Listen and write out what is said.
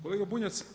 Kolega Bunjac…